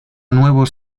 vuelos